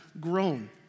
grown